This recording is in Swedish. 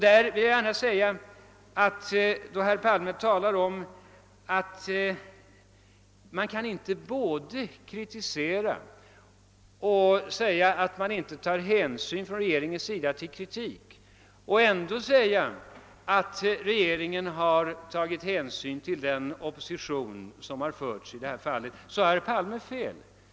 Då herr Palme talar om att man inte både kan kritisera och påstå att regeringen inte tar hänsyn till kritik och samtidigt säga att regeringen har tagit hänsyn till den opposition, som förekommit i detta fallet, har herr Palme fel.